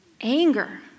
Anger